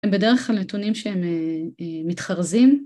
הם בדרך כלל נתונים שהם מתחרזים